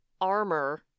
armor